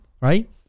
right